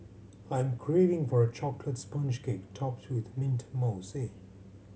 I'm craving for a chocolate sponge cake topped with mint mousse